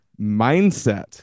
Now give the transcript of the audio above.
mindset